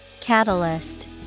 Catalyst